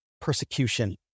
persecution